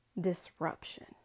disruption